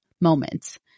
moments